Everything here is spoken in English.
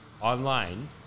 online